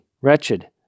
wretched